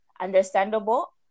understandable